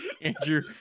Andrew